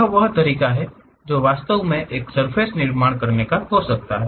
यह वह तरीका है जो वास्तव में एक सर्फ़ेस का निर्माण कर सकता है